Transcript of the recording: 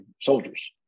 soldiers